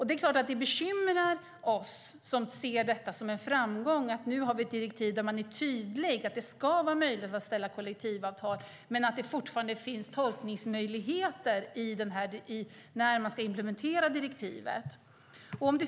Det är klart att det bekymrar oss som ser detta som en framgång att vi nu har ett direktiv där man är tydlig med att det ska vara möjligt att ställa kollektivavtalsliknande villkor men att det fortfarande finns tolkningsmöjligheter när man ska implementera direktivet.